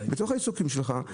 בתוך העיסוקים שלך,